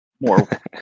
more